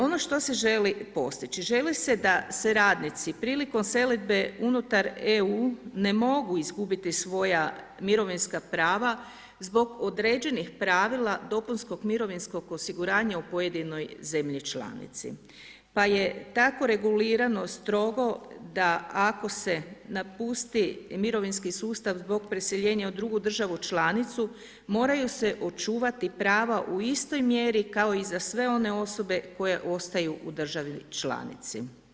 Ono što se želi postići, želi se da se radnici prilikom selidbe unutar EU ne mogu izgubiti svoja mirovinska prava zbog određenih pravila dopunskog mirovinskog osiguranja u pojedinoj zemlji članici, pa je tako regulirano strogo da ako se napusti mirovinski sustav zbog preseljenja u drugu državu članicu, moraju se očuvati prava u istoj mjeri kao i za sve one osobe koje ostaju u državi članici.